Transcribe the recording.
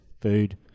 food